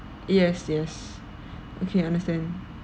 yes yes okay understand